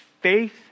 faith